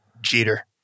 Jeter